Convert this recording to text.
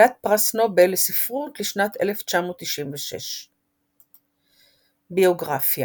כלת פרס נובל לספרות לשנת 1996. ביוגרפיה